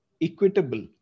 equitable